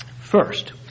First